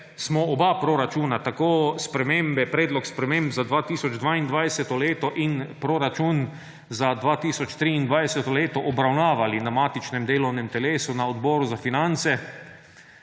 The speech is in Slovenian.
smo oba proračuna, tako predlog sprememb za 2022. leto in proračun za 2023. leto, obravnavali na matičnem delovnem telesu na Odboru za finance,